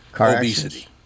Obesity